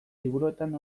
liburuetan